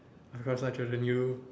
than you